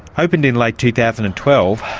opened in late two thousand and twelve,